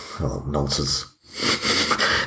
nonsense